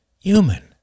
human